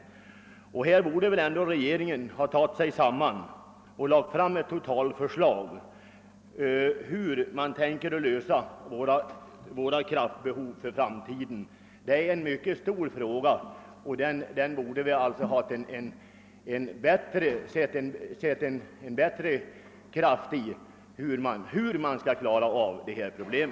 Regeringen borde väl ändå ha tagit sig samman och lagt fram ett totalförslag om hur våra kraftbehov för framtiden skall tillgodoses. Det är en mycket stor fråga, och vi hade önskat se en större kraftfullhet från regeringens sida när det gäller lösningen av detta problem.